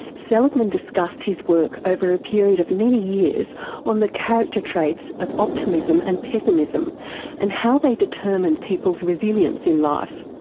seligman discussed his work over a period of many years on the character traits of optimism and pessimism and how they determine people's resilience in life.